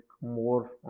more